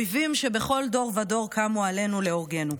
אויבים שבכל דור ודור קמו עלינו להורגנו.